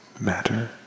matter